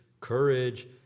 courage